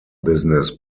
business